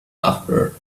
after